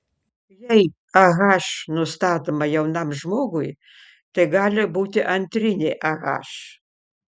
jei ah nustatoma jaunam žmogui tai gali būti antrinė ah